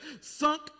sunk